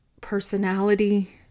personality